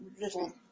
little